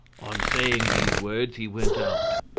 on saying these words he went out.